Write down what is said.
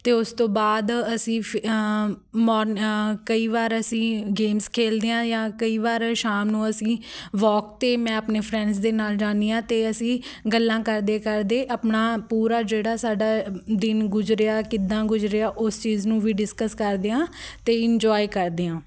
ਅਤੇ ਉਸ ਤੋਂ ਬਾਅਦ ਅਸੀਂ ਫੇ ਮੋਰਨਿ ਕਈ ਵਾਰ ਅਸੀਂ ਗੇਮਜ਼ ਖੇਡਦੇ ਹਾਂ ਜਾਂ ਕਈ ਵਾਰ ਸ਼ਾਮ ਨੂੰ ਅਸੀਂ ਵੋਕ 'ਤੇ ਮੈਂ ਆਪਣੇ ਫਰੈਂਡਸ ਦੇ ਨਾਲ ਜਾਂਦੀ ਹਾਂ ਅਤੇ ਅਸੀਂ ਗੱਲਾਂ ਕਰਦੇ ਕਰਦੇ ਆਪਣਾ ਪੂਰਾ ਜਿਹੜਾ ਸਾਡਾ ਦਿਨ ਗੁਜ਼ਰਿਆ ਕਿੱਦਾਂ ਗੁਜ਼ਰਿਆ ਉਸ ਚੀਜ਼ ਨੂੰ ਵੀ ਡਿਸਕਸ ਕਰਦੇ ਹਾਂ ਅਤੇ ਇੰਜੋਏ ਕਰਦੇ ਹਾਂ